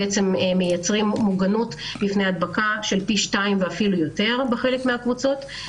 אנשים מייצרים מוגנות בפני הדבקה של פי 2 ואפילו יותר בחלק מהקבוצות.